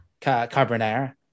carbonara